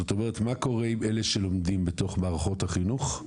זאת אומרת מה קורה עם אלה שלומדים בתוך מערכות החינוך,